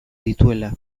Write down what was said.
dituela